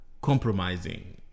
compromising